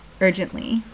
urgently